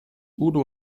udo